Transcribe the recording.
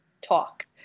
talk